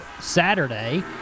Saturday